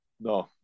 No